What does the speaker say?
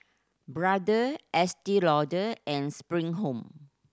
Brother Estee Lauder and Spring Home